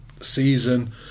season